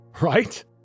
right